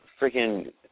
freaking